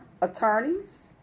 attorneys